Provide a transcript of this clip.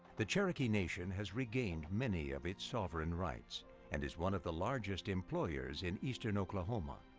the cherokee nation has regained many of its sovereign rights and is one of the largest employers in eastern oklahoma.